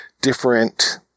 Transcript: different